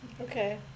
Okay